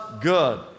good